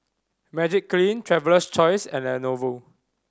Magiclean Traveler's Choice and Lenovo